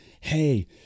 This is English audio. Hey